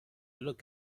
look